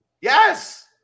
Yes